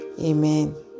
Amen